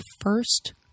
first